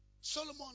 Solomon